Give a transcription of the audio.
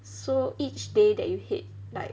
so each day that you hit like